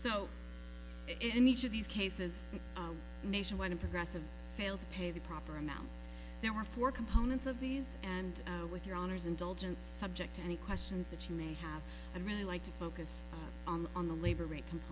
in each of these cases nationwide a progressive failed to pay the proper amount there were four components of these and with your honor's indulgence subject to any questions that you may have and really like to focus on the labor rate com